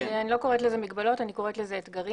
אני לא קוראת לזה מגבלות אלא אני קוראת לזה אתגרים.